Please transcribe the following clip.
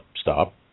stop